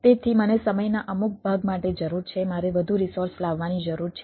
તેથી મને સમયના અમુક ભાગ માટે જરૂર છે મારે વધુ રિસોર્સ લાવવાની જરૂર છે